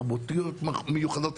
תרבותיות מיוחדות.